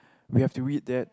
we have to read that